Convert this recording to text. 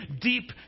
deep